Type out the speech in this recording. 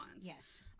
Yes